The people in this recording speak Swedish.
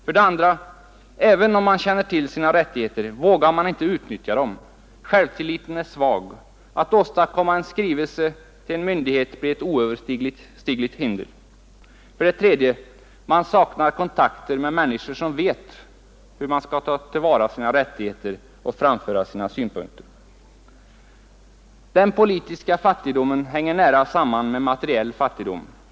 2. Även om man känner till sina rättigheter vågar man inte utnyttja dem. Självtilliten är svag. Att åstadkomma en skrivelse till en myndighet blir ett oöverstigligt hinder. 3. Man saknar kontakter och människor som vet hur man skall ta till vara sina rättigheter och framföra sina synpunkter. Den politiska fattigdomen hänger nära samman med materiell fattigdom.